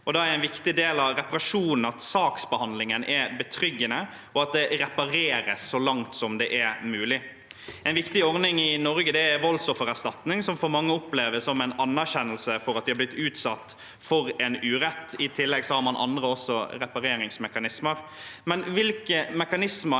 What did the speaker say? Da er en viktig del av reparasjonen at saksbehandlingen er betryggende, og at det repareres så langt som det er mulig. En viktig ordning i Norge er voldsoffererstatning, som for mange oppleves som en anerkjennelse av at de er blitt utsatt for en urett. I tillegg har man andre reparasjonsmekanismer.